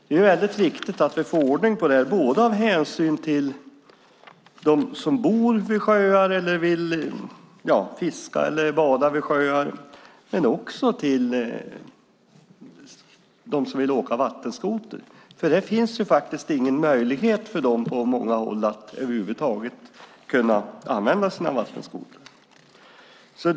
Det är viktigt att vi får ordning på det här av hänsyn både till dem som bor vid sjöar, vill fiska eller bada vid sjöar och till dem som vill åka vattenskoter. Det finns ingen möjlighet för dem på många håll att över huvud taget använda sina vattenskotrar.